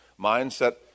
Mindset